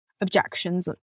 objections